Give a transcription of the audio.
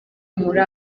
muri